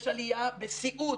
יש עלייה בסיעוד,